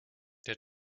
der